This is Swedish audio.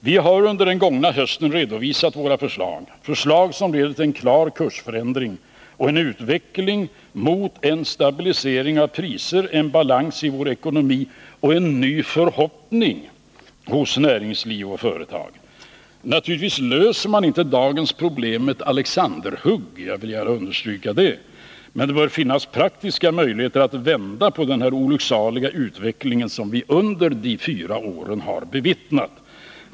Vi har under den gångna hösten redovisat våra förslag, förslag som leder till en klar kursförändring och en utveckling mot en stabilisering av priserna, en balans i vår ekonomi och en ny förhoppning hos näringsliv och företag. 11 Naturligtvis löser man inte dagens problem med ett Alexanderhugg — jag vill gärna understryka det — men det bör finnas praktiska möjligheter att vända på den olycksaliga utveckling vi under de senaste fyra åren har bevittnat.